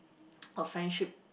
or friendship